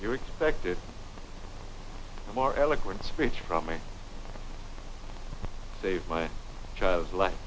are expected more eloquent speech from me save my child's life